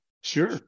Sure